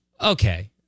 Okay